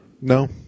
no